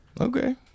Okay